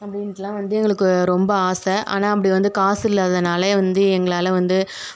அப்படீன்டுலாம் வந்து எங்களுக்கு ரொம்ப ஆசை ஆனால் அப்படி வந்து காசு இல்லாததுனால் வந்து எங்களால் வந்து